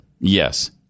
Yes